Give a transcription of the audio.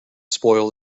spoil